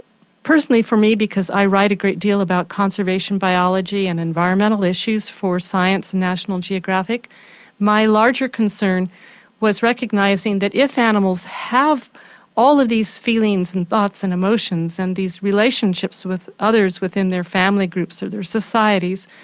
personally for me because i write a great deal about conservation, biology and environmental issues for science and national geographic my larger concern was recognising that if animals have all of these feelings and thoughts and emotions and these relationships with others within their family groups or societies,